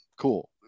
cool